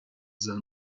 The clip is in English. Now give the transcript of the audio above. their